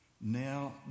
Now